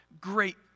great